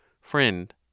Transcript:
friend